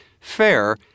fair